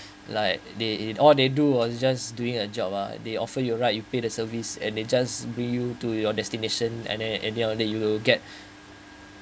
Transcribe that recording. like they all they do was just doing a job uh they offer you right you pay the service and they just bring you to your destination and then and then only you will get